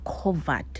covered